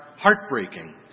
Heartbreaking